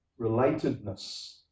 relatedness